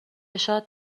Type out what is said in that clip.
شاد